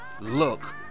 look